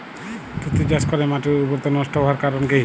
তুতে চাষ করাই মাটির উর্বরতা নষ্ট হওয়ার কারণ কি?